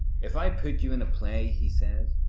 if i put you in a play, he said,